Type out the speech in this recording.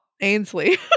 Ainsley